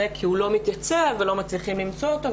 כי הוא לא מתייצב ולא מצליחים למצוא אותו.